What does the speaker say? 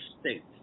states